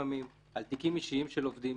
על תיקים אישיים של עובדים.